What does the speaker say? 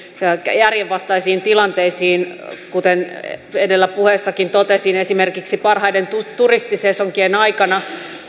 järjenvastaisiin tilanteisiin kuten edelläkin puheessa totesin esimerkiksi parhaiden turistisesonkien aikana